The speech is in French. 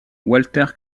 walter